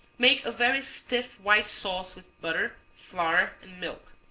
make a very stiff white sauce with butter, flour and milk.